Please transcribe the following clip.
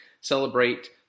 celebrate